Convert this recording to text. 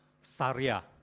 Saria